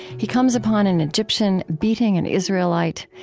he comes upon an egyptian beating an israelite.